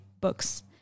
books